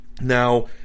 Now